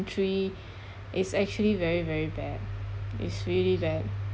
is actually very very bad it's really bad